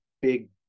big